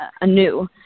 anew